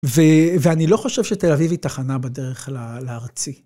ואני לא חושב שתל אביב היא תחנה בדרך לארצי.